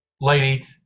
lady